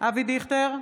אבי דיכטר,